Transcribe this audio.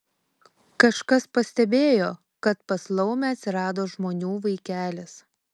kažkas pastebėjo kad pas laumę atsirado žmonių vaikelis